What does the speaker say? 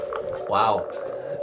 Wow